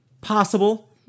Possible